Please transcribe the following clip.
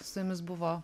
su jumis buvo